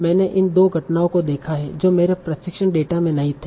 मैंने इन दो घटनाओं को देखा है जो मेरे प्रशिक्षण डेटा में नहीं थे